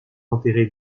enterré